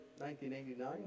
1989